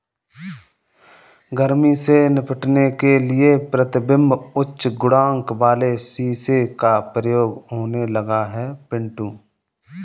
गर्मी से निपटने के लिए प्रतिबिंब उच्च गुणांक वाले शीशे का प्रयोग होने लगा है पिंटू